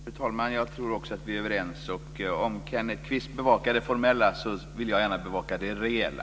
Fru talman! Jag tror också att vi är överens. Om Kenneth Kvist bevakar det formella, vill jag gärna bevaka det reella.